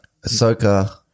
Ahsoka